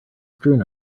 strewn